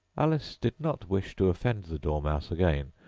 alice did not wish to offend the dormouse again,